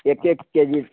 एक एक केजी